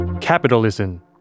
Capitalism